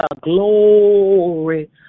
glory